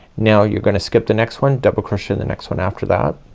now you're gonna skip the next one, double crochet in the next one after that